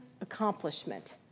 accomplishment